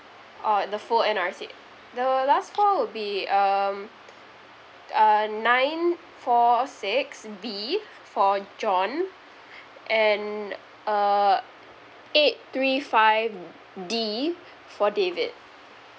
oh the full N_R_I_C the last four would be um uh nine four six B for john and uh eight three five D for david